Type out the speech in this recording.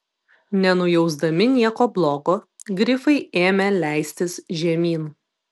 nenujausdami nieko blogo grifai ėmė leistis žemyn